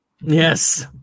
Yes